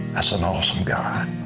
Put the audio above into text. that's an awesome god.